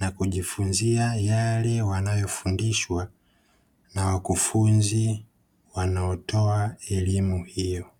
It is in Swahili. na kujifunzia yale wanayofundishwa na wakufunzi wanaotoa elimu hiyo.